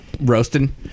roasting